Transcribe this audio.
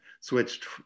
switched